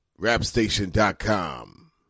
rapstation.com